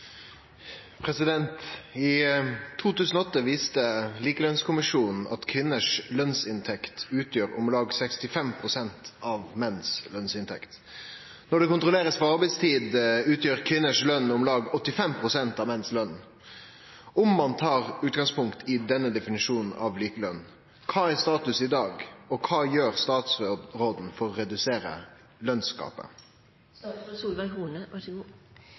kontrolleres for arbeidstid, utgjør kvinners lønn om lag 85 prosent av menns lønn. Om man tar utgangspunkt i denne definisjonen av likelønn, hva er status i dag, og hva gjør statsråden for å redusere lønnsgapet?» Retten til lik lønn for arbeid av lik verdi er en lovfestet rett i henhold til § 21 i likestillingsloven. Det generelle bildet er at det så